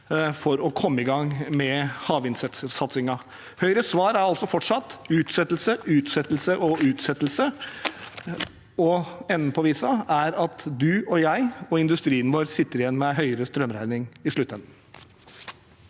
for å komme i gang med havvindsatsingen. Høyres svar er altså fortsatt utsettelse, utsettelse og utsettelse, og enden på visa er at du, jeg og industrien vår til slutt sitter igjen med høyere strømregning. Mani